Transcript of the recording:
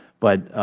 but